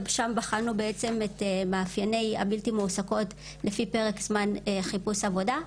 ושם בחנו בעצם את מאפייני הבלתי מועסקות על פי פרק זמן חיפוש עבודה.